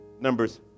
Numbers